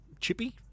Chippy